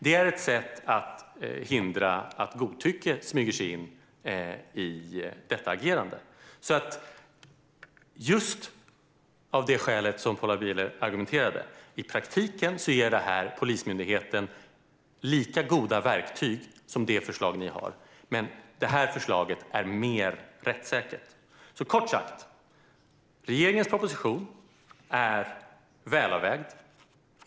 Det är ett sätt att hindra att godtycke smyger sig in i detta agerande. Det handlar just om det skäl som Paula Bieler argumenterade för. I praktiken ger detta Polismyndigheten lika goda verktyg som det förslag som ni har, men det här förslaget är mer rättssäkert. Kort sagt: Regeringens proposition är välavvägd.